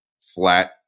flat